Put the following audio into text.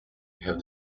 have